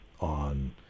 on